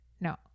No